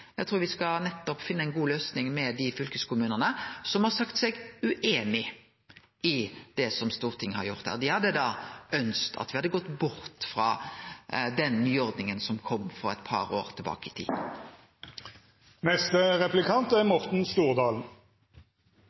Eg trur me skal finne ei god løysing saman med dei i fylkeskommunen som har sagt seg ueinig i det som Stortinget har gjort. Dei hadde ønskt at me hadde gått bort frå den nyordninga som kom eit par år tilbake i